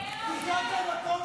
אם תעברו את אחוז החסימה.